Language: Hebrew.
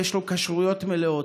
ויש לו כשרויות מלאות.